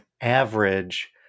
average